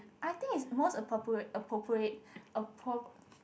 I think it's most appropriate appropriate appropriate